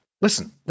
Listen